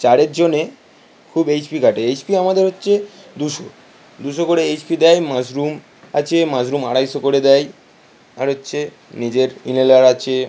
চারের জোনে খুব এইচ পি কাটে এইচ পি আমাদের হচ্ছে দুশো দুশো করে এইচ পি দেয় মাশরুম আছে মাশরুম আড়াইশো করে দেয় আর হচ্ছে নিজের ইনহেলার আছে